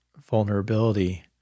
vulnerability